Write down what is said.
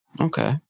Okay